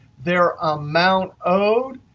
their amount owed.